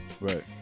Right